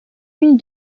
une